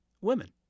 women